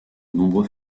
nombreux